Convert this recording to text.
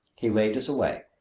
he waved us away,